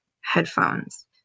headphones